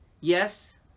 Yes